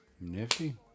Nifty